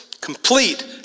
Complete